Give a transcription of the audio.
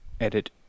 Edit